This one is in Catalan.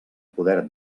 poder